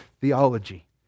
theology